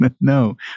No